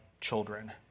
children